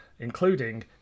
Including